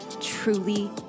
truly